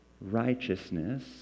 righteousness